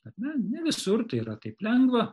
kad ne ne visur tai yra taip lengva